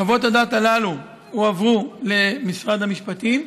חוות הדעת הללו הועברו למשרד המשפטים,